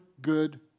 good